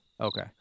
Okay